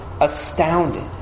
astounded